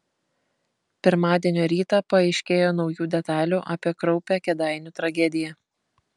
pirmadienio rytą paaiškėjo naujų detalių apie kraupią kėdainių tragediją